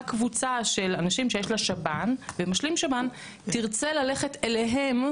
קבוצה של אנשים שיש לה שב"ן ומשלים שב"ן תרצה ללכת אליהם.